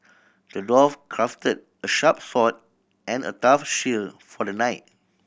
the dwarf crafted a sharp sword and a tough shield for the knight